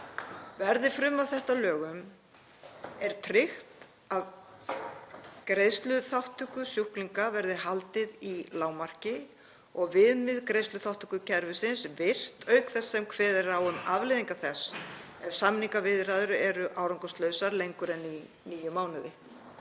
Verði frumvarp þetta að lögum er tryggt að greiðsluþátttöku sjúklinga verði haldið í lágmarki og viðmið greiðsluþátttökukerfisins virt auk þess sem kveðið er á um afleiðingar þess ef samningaviðræður eru árangurslausar lengur en í níu mánuði.